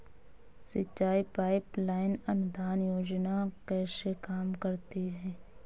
सिंचाई pipeline अनुदान योजना कैसे काम करती है?